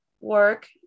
work